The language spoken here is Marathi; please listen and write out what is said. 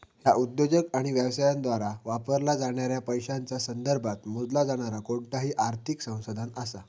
ह्या उद्योजक आणि व्यवसायांद्वारा वापरला जाणाऱ्या पैशांच्या संदर्भात मोजला जाणारा कोणताही आर्थिक संसाधन असा